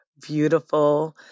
beautiful